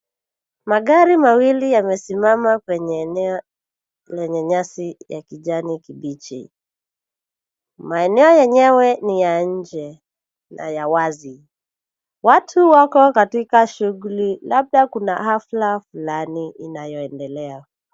Magari mawili yamesimama kwenye eneo lenye nyasi ya kijani kibichi. Maeneo yenyewe ni ya nje na ya wazi. Watu wako katika shughuli labda kuna hafla fulani inayoendelea.